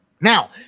Now